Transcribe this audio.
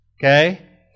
Okay